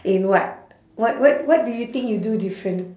in what what what what do you think you do different